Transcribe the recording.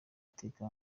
iteka